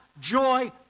joy